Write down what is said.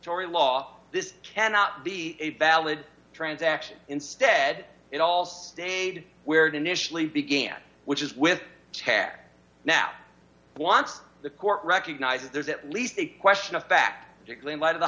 story law this cannot be a valid transaction instead it all stayed where it initially began which is with tack now wants the court recognizes there's at least the question of back to